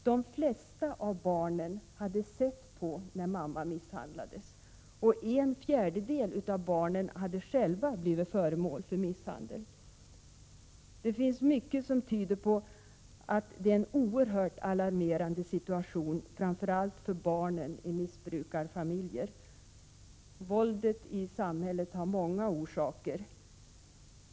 De flesta av barnen hade sett på när mamman misshandlades. En fjärdedel av barnen hade också själva blivit föremål för misshandel. Det finns mycket som tyder på att det är en oerhört alarmerande situation för framför allt barnen i missbrukarfamiljer. Våldet i samhället har många orsaker.